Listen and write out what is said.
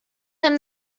him